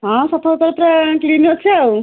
ହଁ କ୍ଲିନ୍ ଅଛି ଆଉ